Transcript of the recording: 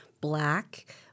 black